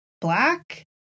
black